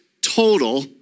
total